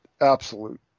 absolute